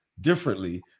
differently